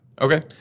Okay